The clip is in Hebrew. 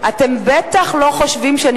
את הצעת חוק הבטחת הכנסה (תיקון,